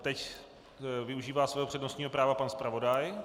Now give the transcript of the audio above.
Teď využívá svého přednostního práva pan zpravodaj.